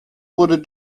wurde